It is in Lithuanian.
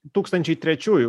tūkstančiai trečiųjų